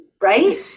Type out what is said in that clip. Right